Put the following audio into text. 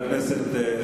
לא,